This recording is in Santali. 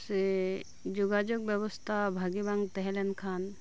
ᱥᱮ ᱡᱳᱜᱟᱡᱳᱜᱽ ᱵᱮᱵᱚᱥᱛᱟ ᱵᱷᱟᱜᱮ ᱵᱟᱝ ᱛᱟᱦᱮᱸ ᱞᱮᱱ ᱠᱷᱟᱱ